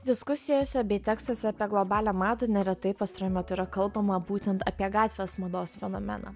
diskusijose bei tekstuose apie globalią madą neretai pastaruoju metu yra kalbama būtent apie gatvės mados fenomeną